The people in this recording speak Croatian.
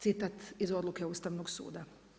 Citat iz odluke Ustavnog suda.